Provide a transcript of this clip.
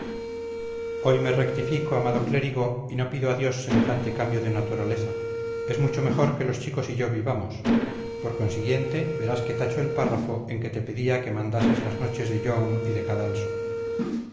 hoy me rectifico amado clérigo y no pido a dios semejante cambio de naturaleza es mucho mejor que los chicos y yo vivamos por consiguiente verás que tacho el párrafo en que te pedía me mandases las noches de young y de cadalso